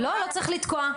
לא צריך לתקוע.